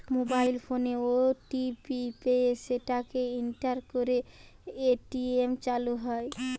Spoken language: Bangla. মোবাইল ফোনে ও.টি.পি পেয়ে সেটাকে এন্টার করে এ.টি.এম চালু হয়